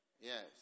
Yes